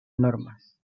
normas